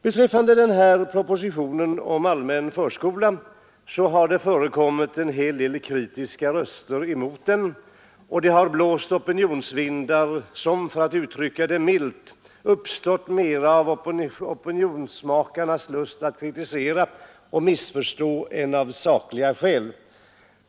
Beträffande propositionen om allmän förskola har det förekommit en hel del kritiska röster, och det har blåst opinionsvindar som, för att uttrycka det milt, uppstått mera av oppositionsmakarnas lust att kritisera och missförstå än av sakliga skäl.